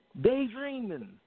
Daydreaming